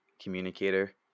communicator